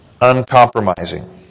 Uncompromising